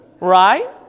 Right